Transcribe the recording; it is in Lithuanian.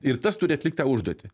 ir tas turi atlikt tą užduotį